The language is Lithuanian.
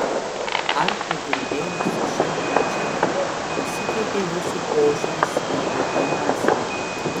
ar padirbėjus su šia medžiaga pasikeitė jūsų požiūris į eutanaziją